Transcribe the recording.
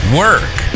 work